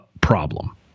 problem